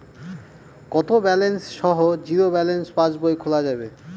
কত ব্যালেন্স সহ zero balance passbook খোলা যাবে?